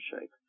shape